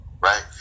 right